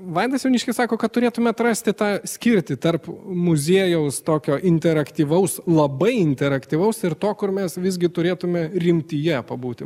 vaidas jauniškis sako kad turėtume atrasti tą skirtį tarp muziejaus tokio interaktyvaus labai interaktyvaus ir to kur mes visgi turėtume rimtyje pabūti